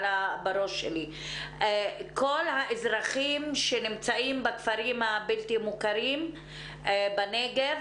כל האזרחים שנמצאים בכפרים הבלתי מוכרים בנגב